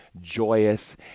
joyous